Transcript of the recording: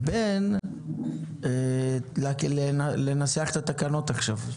לבין לנסח את התקנות עכשיו,